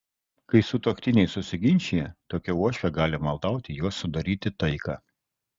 kai sutuoktiniai susiginčija tokia uošvė gali maldauti juos sudaryti taiką